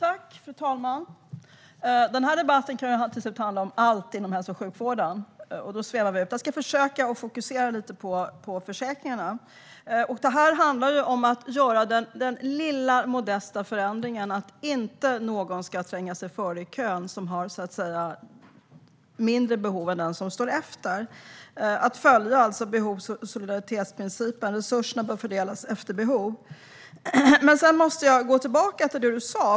Fru talman! Denna debatt kan till slut handla om allt inom hälso och sjukvården - då svävar vi ut. Jag ska försöka att fokusera på försäkringarna. Det handlar om att göra den modesta förändringen, så att inte någon som har mindre behov än någon annan ska tränga sig före i kön. Det handlar om att följa behovs och solidaritetsprincipen. Resurserna bör fördelas efter behov. Men sedan måste jag gå tillbaka till det du sa.